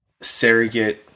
surrogate